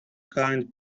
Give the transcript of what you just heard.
kind